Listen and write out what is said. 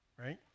right